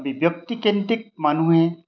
আমি ব্য়ক্তিকেন্দ্ৰিক মানুহে